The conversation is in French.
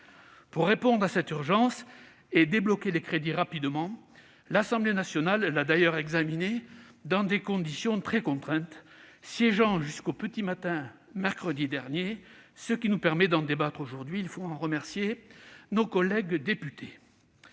Pour répondre à cette urgence et débloquer les crédits rapidement, l'Assemblée nationale a d'ailleurs examiné ce texte dans des conditions très contraintes, siégeant jusqu'au petit matin mercredi dernier, ce qui nous permet d'en débattre aujourd'hui ; je tiens à en remercier nos collègues députés.